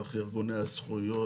דרך ארגוני הזכויות,